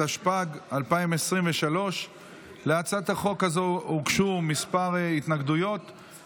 התשפ"ג 2023. להצעת החוק הזו הוגשו כמה הסתייגויות: